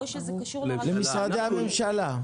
או שזה קשור --- למשרדי הממשלה.